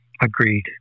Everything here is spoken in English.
Agreed